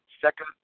second